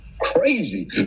crazy